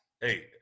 hey